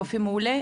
יופי מעולה.